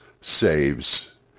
saves